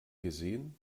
gesehen